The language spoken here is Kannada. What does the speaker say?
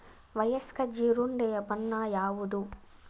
ವಯಸ್ಕ ಜೀರುಂಡೆಯ ಬಣ್ಣ ಯಾವುದು?